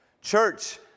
Church